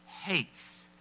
hates